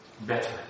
better